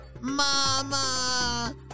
Mama